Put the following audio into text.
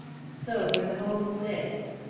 so were the whole six.